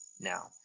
now